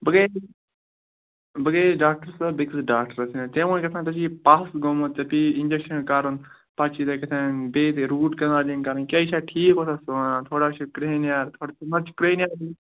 بہٕ گٔیَس بہٕ گٔیَس ڈاکٹَرس صٲب بیکِس ڈاکٹَرس تٔمۍ وون کیاتام ژےٚ چھُی پَس گومُت ژےٚ پیی اِنجَکشَن کَرُن پَتہٕ چھُی ژےٚ کیاتھانۍ بیٚیہِ دۄہ روٗٹ کَنالِنگ کَرٕنۍ کیاہ یہِ چھا ٹھیٖک اوسا سُہ وَنان تھوڑا چھُ کریہنِیار مےٚ حظ چھُ کریہنِیار